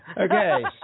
Okay